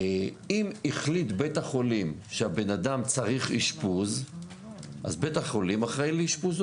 אם החליט בית החולים שהבן אדם צריך אשפוז אז בית החולים אחראי לאשפוזו,